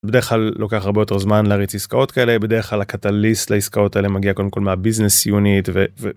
בדרך כלל לוקח הרבה יותר זמן להריץ עסקאות כאלה, בדרך כלל הקטליסט לעסקאות האלה מגיע קודם כל מהביזנס יוניט.